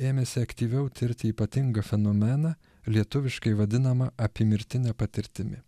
ėmėsi aktyviau tirti ypatingą fenomeną lietuviškai vadinamą apiemirtine patirtimi